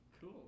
Cool